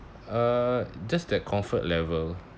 uh just that comfort level